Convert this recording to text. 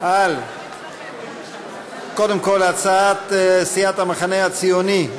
על הצעת סיעת המחנה הציוני,